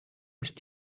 ist